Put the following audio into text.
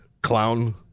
clown